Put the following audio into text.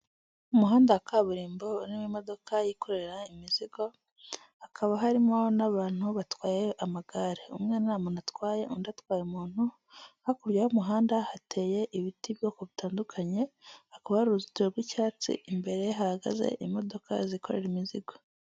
Umuhanda wa kaburimbo urimo imodoka yikorera imizigo, hakaba harimo n'abantu batwaye amagare, umwe nta muntu atwaye undi atwaye umuntu, hakurya y'umuhanda hateye ibiti bw'ubwoko butandukanye, hakaba uruzitiro rw'icyatsi, imbere hahagaze imodoka zikorera imizigo.